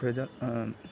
ప్రజా